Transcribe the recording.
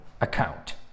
account